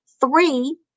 Three